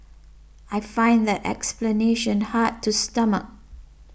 I find that explanation hard to stomach